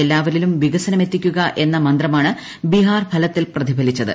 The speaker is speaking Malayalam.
എല്ലാവരിലും വികസനമെത്തിക്കുക എന്ന മന്ത്രമാണ് ബിഹാർ ഫലത്തിൽ പ്രതിഫലിച്ചത്